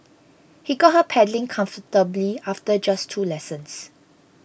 he got her pedalling comfortably after just two lessons